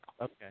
Okay